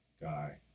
guy